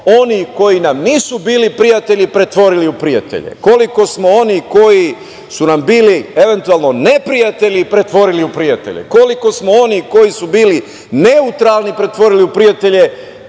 onih koji nam nisu bili prijatelji pretvorili u prijatelje, koliko smo onih koji su nam bili eventualno neprijatelji pretvorili u prijatelje, koliko smo onih koji su bili neutralni pretvorili u prijatelje,